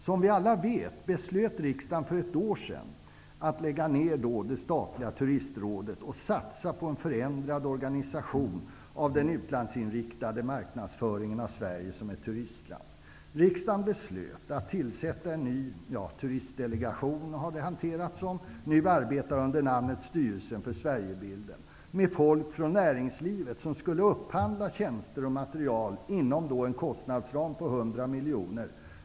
Som vi alla vet beslöt riksdagen för ett år sedan att lägga ner det statliga turistrådet och satsa på en förändrad organisation av den utlandsinriktade marknadsföringen av Sverige som ett turistland. Riksdagen beslöt att tillsätta en ny ''turistdelegation'', som nu arbetar under namnet Styrelsen för Sverigebilden, med folk från näringslivet som skulle upphandla tjänster och material inom en kostnadsram på 100 miljoner.